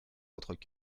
votre